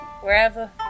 Wherever